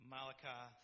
Malachi